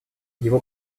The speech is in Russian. его